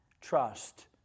trust